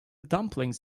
dumplings